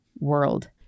world